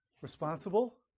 responsible